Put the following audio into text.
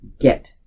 get